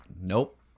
nope